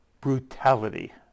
brutality